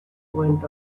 went